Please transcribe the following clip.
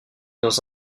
dans